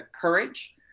courage